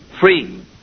free